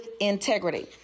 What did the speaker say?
integrity